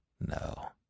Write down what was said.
No